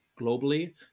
globally